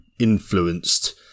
influenced